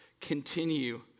continue